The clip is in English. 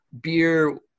beer